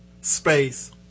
space